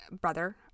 brother